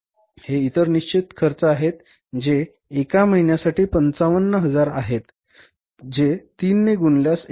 हे इतर निश्चित खर्च आहेत जे एका महिन्यासाठी 55000 आहेत जे 3 ने गुणल्यास 165000 होतात